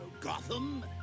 Gotham